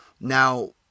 Now